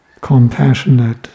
compassionate